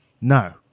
No